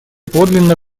подлинно